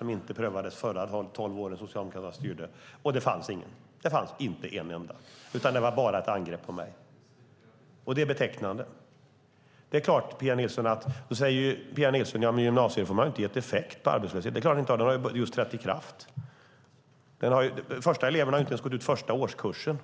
som inte prövades under de tolv år som Socialdemokraterna styrde, och det fanns ingen. Det fanns inte en enda, utan det var bara ett angrepp på mig. Det är betecknande. Pia Nilsson säger att gymnasiereformen inte har gett något effekt på arbetslösheten. Det är klart att den inte har. Den har ju just trätt i kraft. De första eleverna har inte ens gått ut första årskursen.